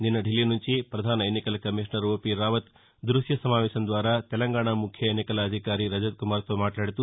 నిన్న ఢిల్లీ నుంచి పధాన ఎన్నికల కమిషనర్ ఓపీ రావత్ దృశ్య సమావేశం ద్వారా తెలంగాణ ముఖ్య ఎన్నికల అధికారి రజత్కుమార్తో మాట్లాడుతూ